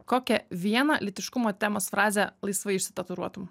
kokią vieną lytiškumo temos frazę laisvai išsitatuiruotum